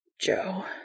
Joe